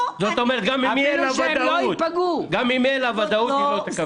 זאת אומרת שגם אם תהיה לה ודאות היא לא תקבל.